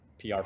PR